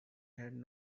had